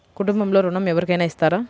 కుటుంబంలో ఋణం ఎవరికైనా ఇస్తారా?